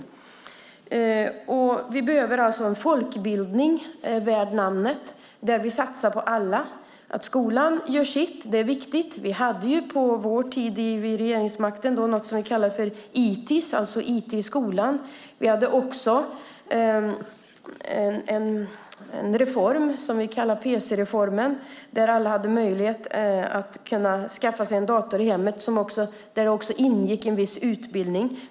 Vi behöver alltså en folkbildning värd namnet, som satsar på alla. Att skolan gör sitt är viktigt. Vi hade under vår tid vid regeringsmakten något som vi kallade för ITiS, alltså IT i skolan. Vi genomförde också en reform, som vi kallade pc-reformen, som gjorde det möjligt för alla att skaffa sig en dator i hemmet, och det ingick även viss utbildning.